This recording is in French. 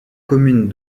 commune